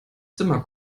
zimmer